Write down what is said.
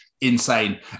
Insane